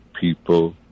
people